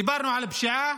דיברנו על פשיעה,